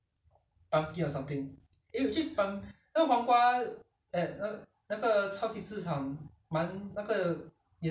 you know you want pumpkin I have I have pumpkin in the fridge so not a problem 可以我可以煮那个那个